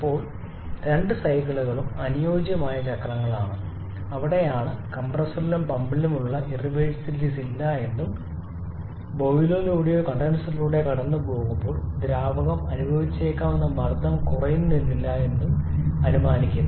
ഇപ്പോൾ രണ്ട് സൈക്കിളുകളും അനുയോജ്യമായ ചക്രങ്ങളാണ് അവിടെയാണ് കംപ്രസ്സറിലും പമ്പിലും ഉള്ള ഇർറിവേഴ്സിബിലിറ്റീസ് ഇല്ല എന്നും ബോയിലറിലൂടെയോ കണ്ടൻസറിലൂടെയോ കടന്നുപോകുമ്പോൾ ദ്രാവകം അനുഭവിച്ചേക്കാവുന്ന മർദ്ദം കുറയുന്നത് ഇല്ല എന്നും അനുമാനിക്കുന്നത്